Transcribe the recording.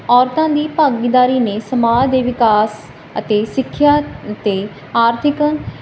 ਔਰਤਾਂ ਦੀ ਭਾਗੀਦਾਰੀ ਨੇ ਸਮਾਜ ਦੇ ਵਿਕਾਸ ਅਤੇ ਸਿੱਖਿਆ ਤੇ ਆਰਥਿਕ ਮਕੈਨਿ